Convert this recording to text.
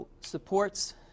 supports